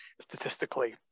Statistically